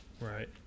Right